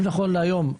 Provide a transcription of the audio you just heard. אם נכון להיום,